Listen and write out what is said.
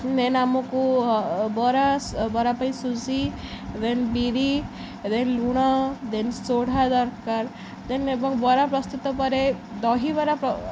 ଦେନ୍ ଆମକୁ ବରା ବରା ପାଇଁ ସୁଜି ଦେନ୍ ବିରି ଦେନ୍ ଲୁଣ ଦେନ୍ ସୋଢ଼ା ଦରକାର ଦେନ୍ ଏବଂ ବରା ପ୍ରସ୍ତୁତ ପରେ ଦହିବରା